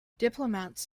diplomats